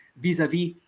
vis-a-vis